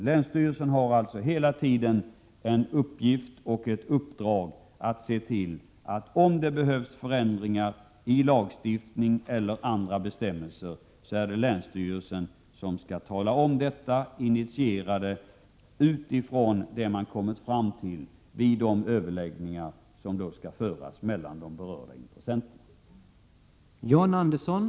Länsstyrelserna har alltså till uppgift att tala om ifall det behövs förändringar i lagstiftning eller i andra bestämmelser, och detta skall vara initierat av vad man kommit fram till vid de överläggningar som skall föras mellan de berörda intressenterna.